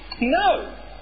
no